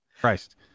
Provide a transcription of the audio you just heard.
Christ